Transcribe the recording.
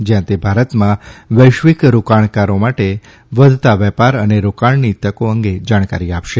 જ્યાં તે ભારતમાં વૈશ્વિક રોકાણદારો માટે વધતા વેપાર અને રોકાણની તકો અંગે જાણકારી આપશે